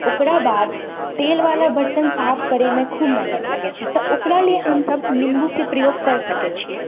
ओकरा बाद तेलवला बर्तन साफ करैमे खूब मेहनत लगै छै तऽ ओकरा लिए हम सभ निम्बूके प्रयोग कर सकै छियै